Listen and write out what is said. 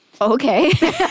Okay